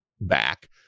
back